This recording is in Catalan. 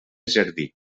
jardí